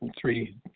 three